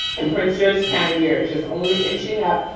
in prince george's county, we are just only inching up.